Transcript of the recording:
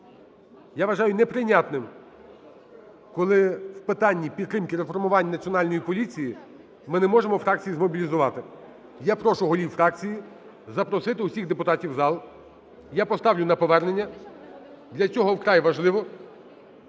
я вважаю, неприйнятним, коли в питанні підтримки реформувань Національної поліції ми не можемо фракції змобілізувати. Я прошу голів фракцій запросити усіх депутатів в зал, я поставлю на повернення для цього вкрай важливо,